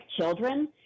children